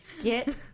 Get